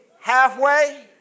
halfway